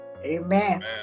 Amen